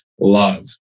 love